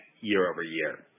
year-over-year